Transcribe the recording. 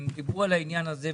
הם דיברו על העניין הזה,